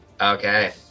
Okay